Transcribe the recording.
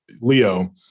Leo